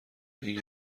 این